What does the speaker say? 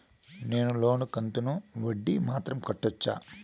నేను లోను కంతుకు వడ్డీ మాత్రం కట్టొచ్చా?